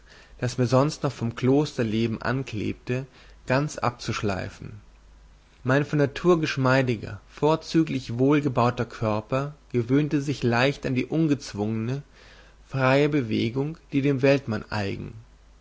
das mir sonst noch vom klosterleben anklebte ganz abzuschleifen mein von natur geschmeidiger vorzüglich wohlgebauter körper gewöhnte sich leicht an die ungezwungene freie bewegung die dem weltmann eigen